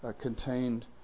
contained